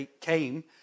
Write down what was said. came